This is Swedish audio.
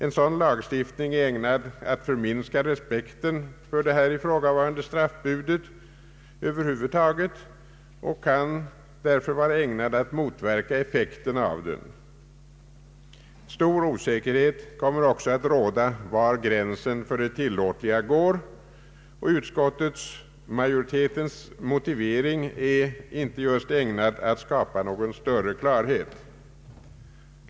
En sådan lagstiftning är ägnad att minska respekten för ifrågavarande straffbud över huvud taget och kan därför motverka effekten av det. Stor osäkerhet kommer också att råda om var gränsen för det tillåtliga går. Utskottsmajoritetens motivering är inte heller ägnad att skapa någon större klarhet.